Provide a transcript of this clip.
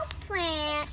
plant